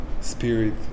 spirit